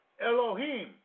Elohim